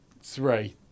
three